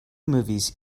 movies